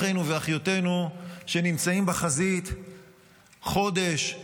אחינו ואחיותינו שנמצאים בחזית חודש,